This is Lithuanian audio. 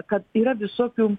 kad yra visokių